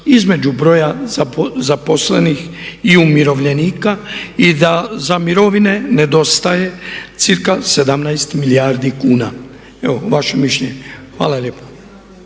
između broja zaposlenih i umirovljenika i da za mirovine nedostaje cirka 17 milijardi kuna. Evo vaše mišljenje. Hvala lijepa.